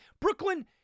Brooklyn